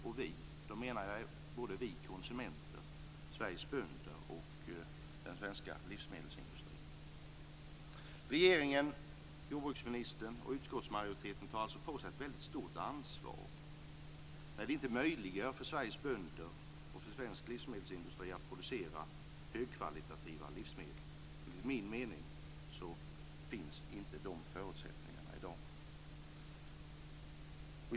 Med vi menar jag både vi konsumenter, Sveriges bönder och den svenska livsmedelsindustrin. Regeringen, jordbruksministern och utskottsmajoriteten tar alltså på sig ett väldigt stort ansvar när de inte möjliggör för Sveriges bönder och för svensk livsmedelsindustri att producera högkvalitativa livsmedel. Enligt min mening finns inte förutsättningar för det i dag.